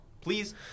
Please